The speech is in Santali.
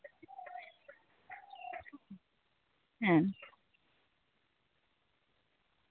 ᱦᱮᱸ